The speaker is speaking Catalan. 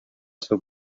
seu